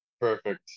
Perfect